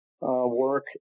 work